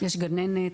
יש גננת,